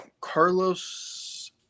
Carlos